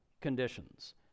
conditions